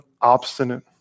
obstinate